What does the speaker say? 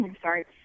sorry